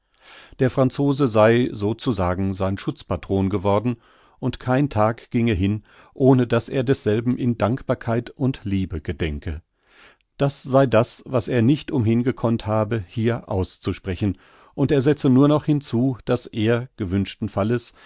der franzose sei so zu sagen sein schutzpatron geworden und kein tag ginge hin ohne daß er desselben in dankbarkeit und liebe gedenke das sei das was er nicht umhin gekonnt habe hier auszusprechen und er setze nur noch hinzu daß er gewünschten falles